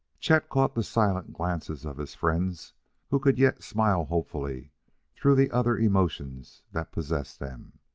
chet caught the silent glances of his friends who could yet smile hopefully through the other emotions that possessed them.